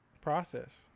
Process